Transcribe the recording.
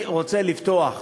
אני רוצה לפתוח.